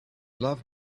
love